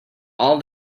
all